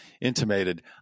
intimated